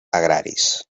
agraris